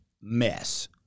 mess